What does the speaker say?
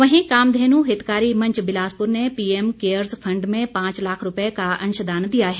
वहीं कामधेन् हितकारी मंच बिलासपुर ने पीएम केयर्ज फंड में पांच लाख रूपये का अंशदान दिया है